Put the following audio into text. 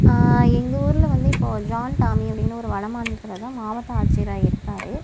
எங்கள் ஊரில் வந்து இப்போது ஜான் டாமி அப்படீன்னு ஒரு வட மாநிலத்தினர் தான் மாவட்ட ஆட்சியராக இருக்கார்